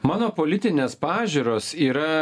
mano politinės pažiūros yra